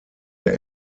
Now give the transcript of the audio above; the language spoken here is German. der